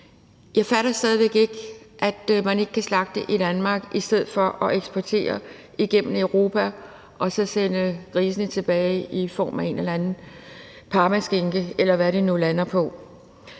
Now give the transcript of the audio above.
Jeg fatter stadig væk ikke, at man ikke kan slagte i Danmark i stedet for at eksportere og køre dem igennem Europa og så sende grisene tilbage i form af en eller anden parmaskinke, eller hvad det nu lander på.